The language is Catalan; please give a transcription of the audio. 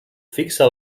fixa